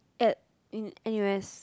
at N n_u_s